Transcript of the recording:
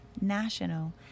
national